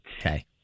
Okay